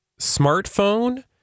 smartphone